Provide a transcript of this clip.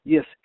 Yes